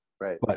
Right